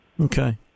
Okay